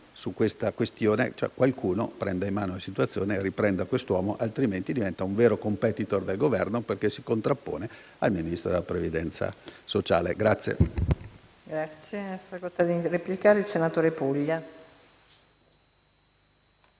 su questa questione, qualcuno prenda in mano la situazione, riprenda quest'uomo, altrimenti diventerà un vero *competitor* del Governo perché si contrappone al Ministro del lavoro e delle politiche sociali.